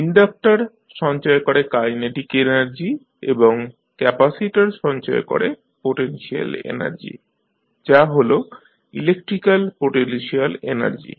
inductor সঞ্চয় করে kinetic energy এবং ক্যাপাসিটর সঞ্চয় করে পোটেনশিয়াল এনার্জি যা হল ইলেকট্রিক্যাল পোটেনশিয়াল এনার্জি